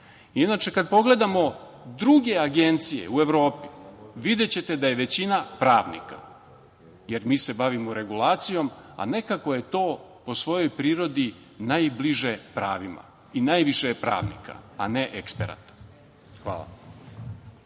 čoveka. Inače, kad pogledamo druge agencije u Evropi videćete da je većina pravnika, jer mi se bavimo regulacijom, a nekako je to po svojoj prirodi najbliže pravima, i najviše je pravnika, a ne eksperata. Hvala.